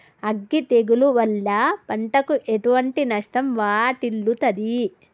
అగ్గి తెగులు వల్ల పంటకు ఎటువంటి నష్టం వాటిల్లుతది?